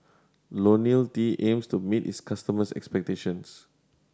Lonil T aims to meet its customers' expectations